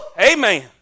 Amen